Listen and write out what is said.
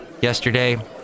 Yesterday